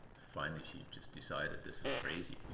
finally, she just decided this is crazy.